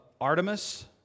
Artemis